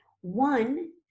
One